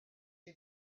you